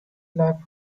clark